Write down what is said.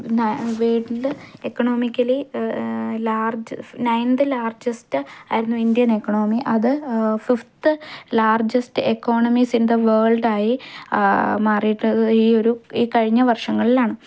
world economically large ninth largest ആയിരുന്നു Indian economy അത് fifth largest economies in the world ആയി മാറിയിട്ട് ഈയൊരു ഈ കഴിഞ്ഞ വർഷങ്ങളിലാണ്